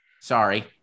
Sorry